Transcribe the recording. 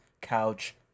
Couch